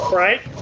right